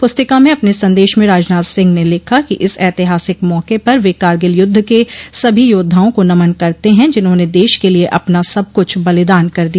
पुस्तिका में अपने संदेश में राजनाथ सिंह ने लिखा कि इस ऐतिहासिक मौके पर वे कारगिल युद्ध के सभी योद्वाओं को नमन करते हैं जिन्होंने देश के लिए अपना सब कुछ बलिदान कर दिया